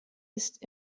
ist